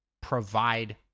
provide